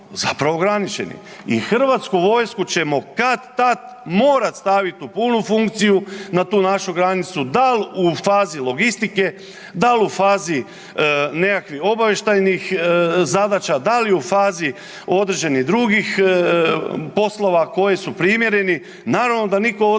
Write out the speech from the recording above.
zapravo ograničeni, i Hrvatsku vojsku ćemo kad-tad morat stavit u punu funkciju n atu našu granicu, dal' u fazi logistike, dal' u fazi nekakvih obavještajnih zadaća, da li u fazi određenih drugih poslova koji su primjereni, naravno da nitko od